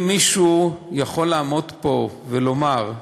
אם מישהו יכול לעמוד פה ולומר,